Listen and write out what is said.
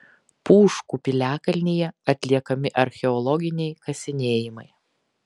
pūškų piliakalnyje atliekami archeologiniai kasinėjimai